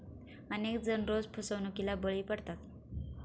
अनेक जण रोज फसवणुकीला बळी पडतात